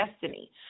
destiny